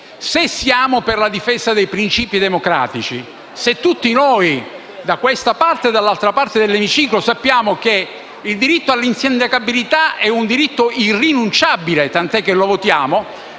Se siamo per la difesa dei principi democratici e poiché tutti noi, da questa e dall'altra parte dell'emiciclo, sappiamo che il diritto all'insindacabilità è irrinunciabile, tant'è che lo votiamo,